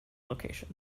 location